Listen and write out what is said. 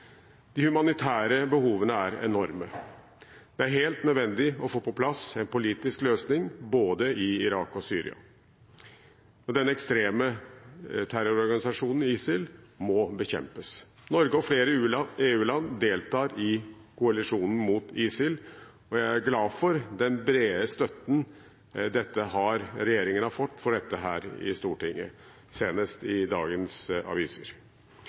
De humanitære behovene er enorme. Det er helt nødvendig å få på plass en politisk løsning både i Irak og Syria. Den ekstreme terrororganisasjonen ISIL må bekjempes. Norge og flere EU-land deltar i koalisjonen mot ISIL, og jeg er glad for den brede støtten regjeringen har fått for dette i Stortinget, senest i dagens aviser.